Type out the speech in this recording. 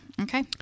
okay